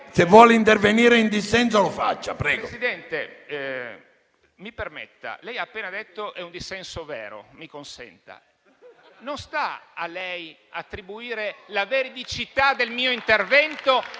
Se vuole intervenire in dissenso, lo faccia. PATUANELLI *(M5S)*. Presidente, mi permetta: ha appena detto che era un dissenso vero. Mi consenta, non sta a lei attribuire la veridicità del mio intervento